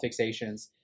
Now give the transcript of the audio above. fixations